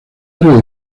área